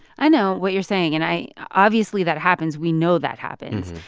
i know what you're saying. and i obviously, that happens. we know that happens.